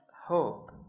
hope